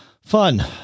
fun